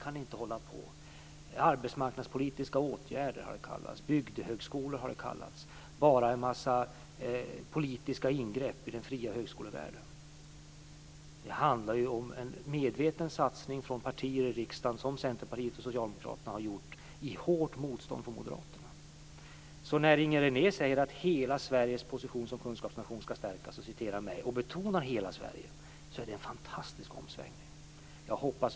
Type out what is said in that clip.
Det har kallats för arbetsmarknadspolitiska åtgärder, bygdehögskolor, en mängd politiska ingrepp i den fria högskolevärlden. Centerpartiet och Socialdemokraterna i riksdagen har gjort medvetna satsningar i hårt motstånd från Moderaterna. Det är en fantastisk omsvängning när Inger René citerar mig och säger att hela Sveriges position som kunskapsnation skall stärkas. Jag hoppas verkligen att Inger Renés riksdagsgrupp stöder henne i detta.